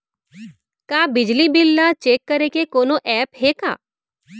का बिजली बिल ल चेक करे के कोनो ऐप्प हे का?